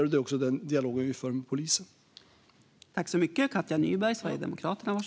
Den för vi också en dialog med polisen om.